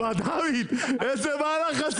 חקיקה ליישום המדיניות הכלכלית לשנות התקציב 2023 ו-2024),